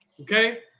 Okay